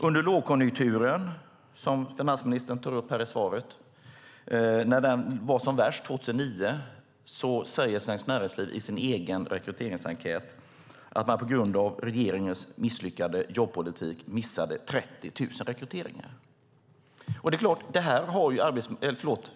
I sin egen rekryteringsenkät säger Svenskt Näringsliv att man på grund av regeringens misslyckade jobbpolitik missade 30 000 rekryteringar år 2009, när lågkonjunkturen var som värst.